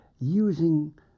using